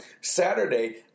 Saturday